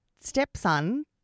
stepson